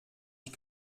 ich